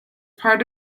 part